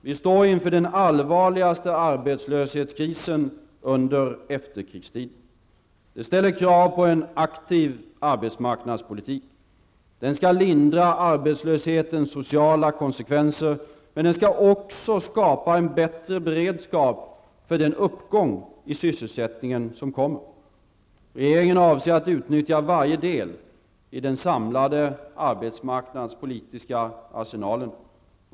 Vi står inför den allvarligaste arbeslöshetskrisen under efterkrigstiden. Detta ställer krav på en aktiv arbetsmarknadspolitik. Den skall lindra arbetslöshetens sociala konsekvenser, men den skall också skapa en bättre beredskap för den uppgång i sysselsättningen som kommer. Regeringen avser att utnyttja varje del i den samlade arbetsmarknadspolitiska arsenalen.